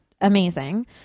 amazing